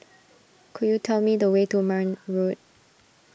could you tell me the way to Marne Road